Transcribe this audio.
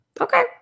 okay